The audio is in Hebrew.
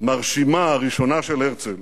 המרשימה הראשונה של הרצל